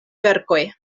verkoj